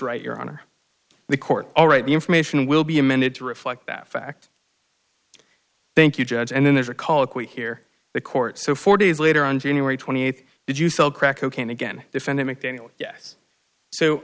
right your honor the court all right the information will be amended to reflect that fact thank you judge and then there's a call if we hear the court so four days later on january twenty eighth did you sell crack cocaine again defended mcdaniel yes so